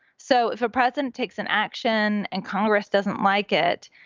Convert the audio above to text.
so if a president takes an action and congress doesn't like it,